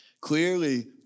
Clearly